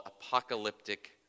apocalyptic